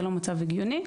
זה לא מצב הגיוני,